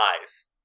eyes